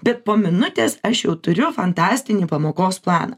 bet po minutės aš jau turiu fantastinį pamokos planą